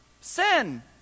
Sin